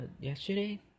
Yesterday